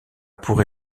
pour